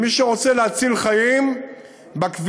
מי שרוצה להציל חיים בכביש,